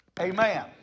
Amen